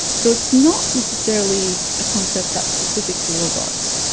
so it's not necessarily a concept that's specific to robots.